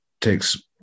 takes